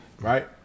right